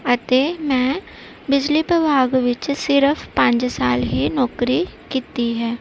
ਅਤੇ ਮੈਂ ਬਿਜਲੀ ਵਿਭਾਗ ਵਿੱਚ ਸਿਰਫ ਪੰਜ ਸਾਲ ਹੀ ਨੌਕਰੀ ਕੀਤੀ ਹੈ